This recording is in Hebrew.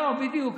לא, בדיוק.